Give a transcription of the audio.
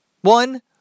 one